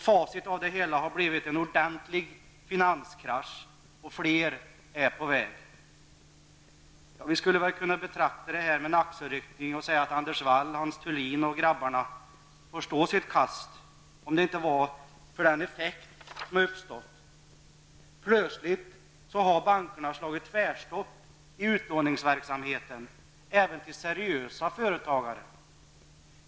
Facit av det hela har blivit en ordentlig finanskrasch, och fler är på väg. Vi skulle kanske kunna betraka detta med en axelryckning och säga att Anders Wall, Hans Thulin och de andra grabbarna får stå sitt kast, om det inte var för den effekt som har uppstått. Plötsligt har bankerna slagit tvärstopp i utlåningsverksamheten, även till seriösa företagare.